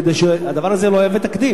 כדי שהדבר הזה לא יהווה תקדים.